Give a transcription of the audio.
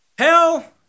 Hell